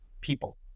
people